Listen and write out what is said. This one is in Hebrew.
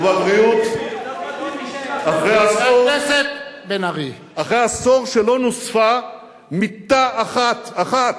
ובבריאות, אחרי עשור שלא נוספה מיטה אחת, אחת,